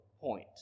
point